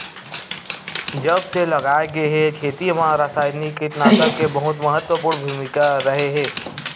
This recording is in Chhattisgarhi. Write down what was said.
जब से लाए गए हे, खेती मा रासायनिक कीटनाशक के बहुत महत्वपूर्ण भूमिका रहे हे